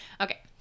Okay